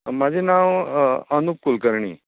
म्हाजें नांव अनूप कुलकर्णी